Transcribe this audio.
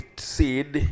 Seed